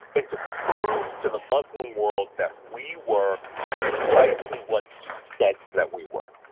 and to prove to the muslim world that we were precisely what he said that we were,